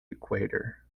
equator